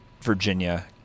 Virginia